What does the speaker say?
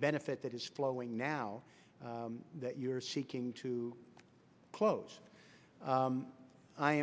benefit that is flowing now that you're seeking to close